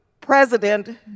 president